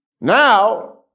Now